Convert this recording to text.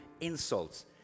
insults